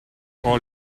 all